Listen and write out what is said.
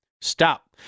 Stop